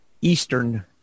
Eastern